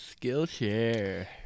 Skillshare